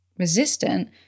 resistant